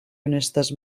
honestes